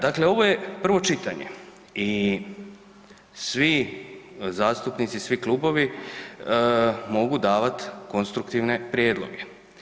Dakle, ovo je prvo čitanje i svi zastupnici i svi klubovi mogu davat konstruktivne prijedloge.